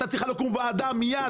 הייתה צריכה לקום וועדה מיד,